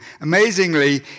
Amazingly